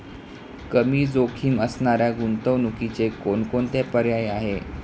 कमी जोखीम असणाऱ्या गुंतवणुकीचे कोणकोणते पर्याय आहे?